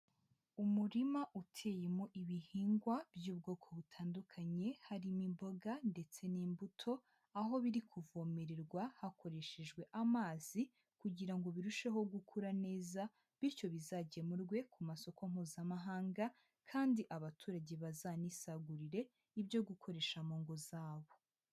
Umurima uteyemo ibihingwa by'ubwoko butandukanye, harimo imboga ndetse n'imbuto, aho biri kuvomererwa hakoreshejwe amazi kugira ngo birusheho gukura neza, bityo bizagemurwe ku masoko mpuzamahanga kandi abaturage bazanisagurire ibyo gukoresha mu ngo zabo.